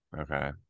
Okay